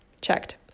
checked